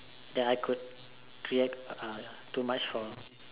that I could react too much for